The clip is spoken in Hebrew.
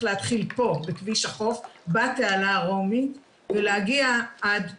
להתחיל פה בכביש החוף בתעלה הרומית ולהגיע עד פה.